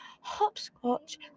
hopscotch